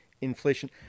inflation